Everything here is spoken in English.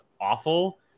awful